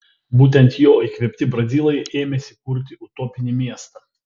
būtent jo įkvėpti brazilai ėmėsi kurti utopinį miestą